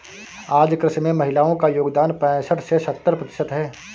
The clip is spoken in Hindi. आज कृषि में महिलाओ का योगदान पैसठ से सत्तर प्रतिशत है